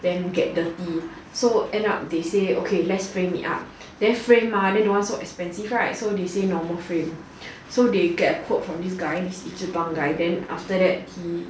then get dirty so end up so they say okay let's frame it up then frame ah then don't want so expensive right so they say normal frame so they get a quote from this guy this 一只棒 guy then after that he